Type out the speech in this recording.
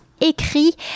écrit